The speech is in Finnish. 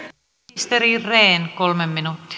ministeri rehn kolme minuuttia